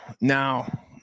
Now